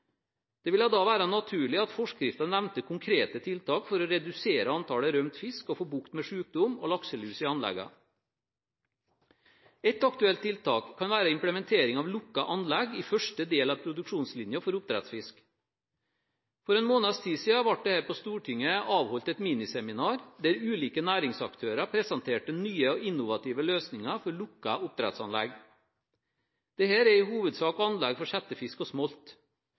Det ville vært naturlig om forskriften nevnte konkrete tiltak for å redusere antallet rømt fisk og for å få bukt med sykdom og lakselus i anlegget. Ett aktuelt tiltak kan være implementering av lukkede anlegg i første del av produksjonslinjen for oppdrettsfisk. For en måneds tid siden ble det på Stortinget avholdt et miniseminar der ulike næringsaktører presenterte nye og innovative løsninger for lukkede oppdrettsanlegg. Dette er i hovedsak anlegg for settefisk og smolt.